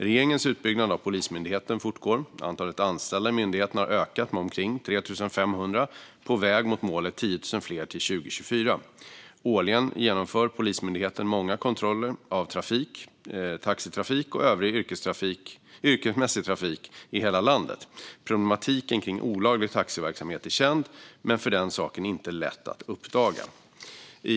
Regeringens utbyggnad av Polismyndigheten fortgår. Antalet anställda i myndigheten har ökat med omkring 3 500 på väg mot målet 10 000 fler till 2024. Årligen genomför Polismyndigheten många kontroller av trafik, taxitrafik och övrig yrkesmässig trafik i hela landet. Problematiken kring olaglig taxiverksamhet är känd men för den saken inte lätt att uppdaga.